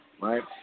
Right